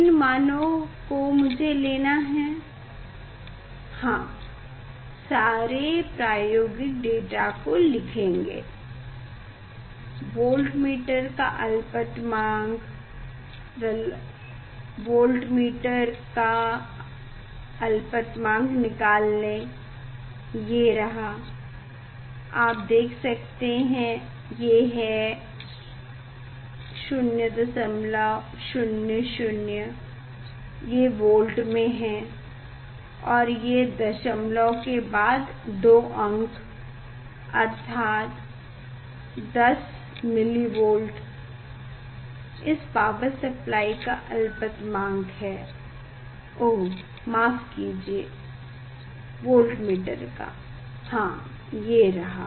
किन मानों को मुझे लेना है हाँ सारे प्रायोगिक डाटा को लिखेंगे वोल्टमीटर का अलपतमांक वोल्टमीटर का अलपतमांक निकाल लें ये रहा आप देख सकते हैं ये है 000 ये वोल्ट में है और ये दशमलव के बाद 2 अंक अर्थात10 मिलिवोल्ट इस पावर सप्लाई का अलपतमांक है ओह माफ कीजिये वोल्टमीटर का हाँ ये रहा